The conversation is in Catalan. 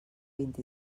vint